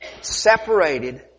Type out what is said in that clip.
Separated